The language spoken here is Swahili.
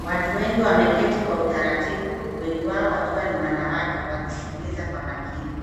Watu wengi wameketi kwa utaratibu wengi wao wakiwa ni wanawake wakisikiliza kwa makini.